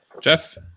Jeff